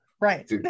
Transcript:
right